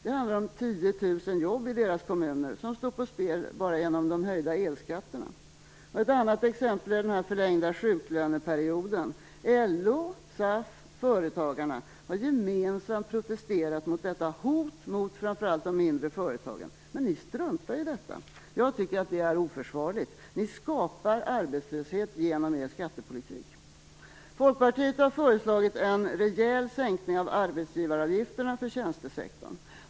Det handlar om 10 000 jobb i deras kommuner som står på spel bara genom de höjda elskatterna. Ett annat exempel är den förlängda sjuklöneperioden. LO, SAF och Företagarna har gemensamt protesterat mot detta hot mot framför allt de mindre företagen, men ni struntar i detta. Jag tycker att det är oförsvarligt. Ni skapar arbetslöshet genom er skattepolitik. Folkpartiet har föreslagit en rejäl sänkning av arbetsgivaravgifterna för tjänstesektorn.